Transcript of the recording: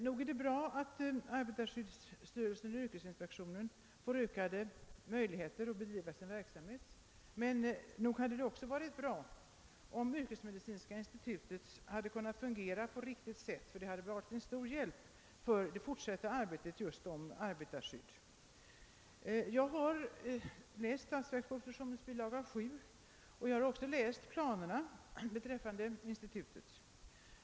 Nog är det bra att arbetarskyddsstyrelsen och yrkesinspektionen får ökade möjligheter att bedriva sin verksamhet, men nog hade det också varit bra om yrkesmedicinska institutet hade kunnat fungera på riktigt sätt, eftersom det hade varit till stor hjälp för det fortsatta arbetet på att åstadkomma ett effektivt arbetarskydd. Jag har läst statsverkspropositionens bilaga 7, och jag har också läst planerna beträffande institutet.